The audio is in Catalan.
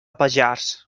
pallars